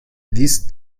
these